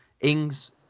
Ings